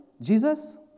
Jesus